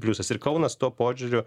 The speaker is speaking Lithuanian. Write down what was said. pliusas ir kaunas tuo požiūriu